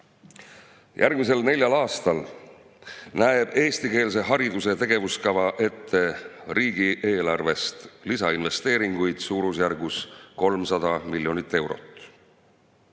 Järgmisel neljal aastal näeb eestikeelse hariduse tegevuskava ette riigieelarvest lisainvesteeringuid suurusjärgus 300 miljonit eurot,